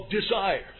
desires